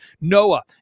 Noah